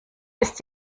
ist